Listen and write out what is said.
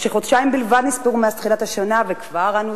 חודשיים בלבד נספרו מאז תחילת השנה וכבר אנו